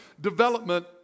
development